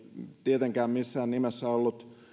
tietenkään missään nimessä ollut